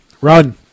Run